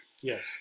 Yes